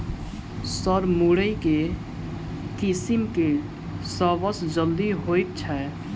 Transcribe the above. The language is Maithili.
सर मुरई केँ किसिम केँ सबसँ जल्दी होइ छै?